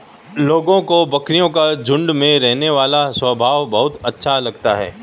लोगों को बकरियों का झुंड में रहने वाला स्वभाव बहुत अच्छा लगता है